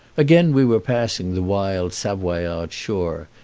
again we were passing the wild savoyard shore,